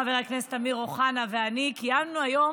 חברי חבר הכנסת אמיר אוחנה ואני קיימנו היום